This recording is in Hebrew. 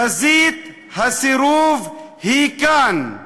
חזית הסירוב היא כאן.